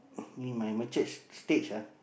in my matured stage ah